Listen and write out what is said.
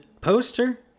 poster